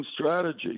strategy